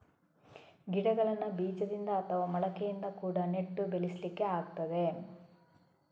ಗಿಡಗಳನ್ನ ಬೀಜದಿಂದ ಅಥವಾ ಮೊಳಕೆಯಿಂದ ಕೂಡಾ ನೆಟ್ಟು ಬೆಳೆಸ್ಲಿಕ್ಕೆ ಆಗ್ತದೆ